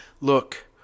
look